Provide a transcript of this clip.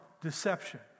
deception